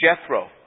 Jethro